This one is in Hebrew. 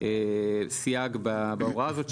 סייג בהוראה הזאת,